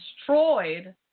destroyed